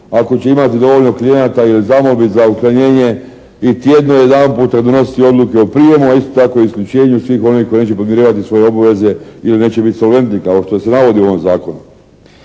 ako će imati dovoljno klijenata ili zamolbi za učlanjenje i tjedno jedanputa donositi odluke o prijemu, a isto tako isključenju svih onih koji neće podmirivati svoje obveze ili neće biti solventi kao što se navodi u ovom zakonu.